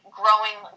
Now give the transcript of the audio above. growing